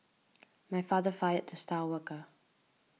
my father fired the star worker